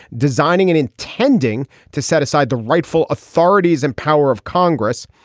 designing and intending to set aside the rightful authorities and power of congress.